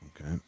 Okay